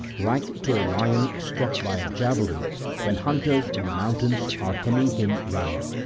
like to a lion struck by a javelin when hunters in the mountains are hemming him round,